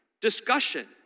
discussion